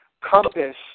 compass